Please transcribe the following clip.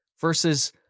versus